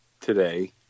today